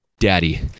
Daddy